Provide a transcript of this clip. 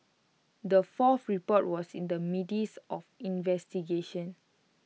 the fourth report was in the midst of investigations